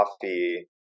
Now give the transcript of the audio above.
coffee